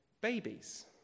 babies